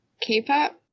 K-pop